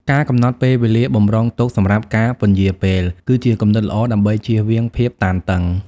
ការកំណត់ពេលវេលាបម្រុងទុកសម្រាប់ការពន្យារពេល គឺជាគំនិតល្អដើម្បីចៀសវាងភាពតានតឹង។